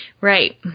Right